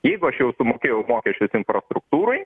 jeigu aš jau sumokėjau mokesčius infrastruktūrai